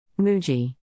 Muji